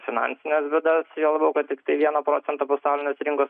finansines bėdas juo labiau kad tiktai vieną procentą pasaulinės rinkos